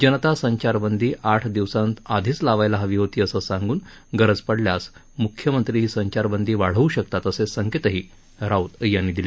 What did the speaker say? जनता संचारबंदी आठ दिवसांआधीच लावायला हवी होती असं सांगून गरज पडल्यास मुख्यमंत्री ही संचारबंदी वाढवू शकतात असे संकेतही राऊत यांनी दिले